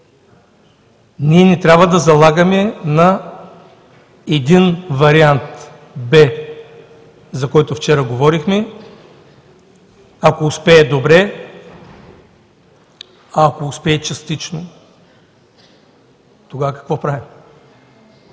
Ние не трябва да залагаме на един вариант „Б“, за който вчера говорихме. Ако успее – добре, ако успее частично – тогава какво правим?